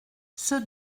ceux